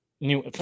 new